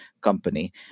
company